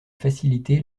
faciliter